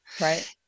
Right